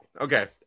Okay